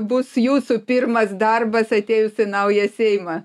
bus jūsų pirmas darbas atėjus į naują seimą